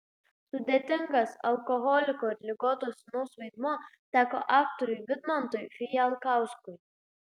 sudėtingas alkoholiko ir ligoto sūnaus vaidmuo teko aktoriui vidmantui fijalkauskui